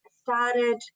started